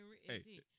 hey